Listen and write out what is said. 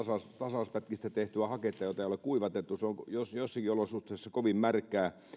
erilaisista tasauspätkistä tehtyä haketta jota ei ole kuivatettu ja se on joissakin olosuhteissa kovin märkää